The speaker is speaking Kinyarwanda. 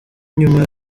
nyuma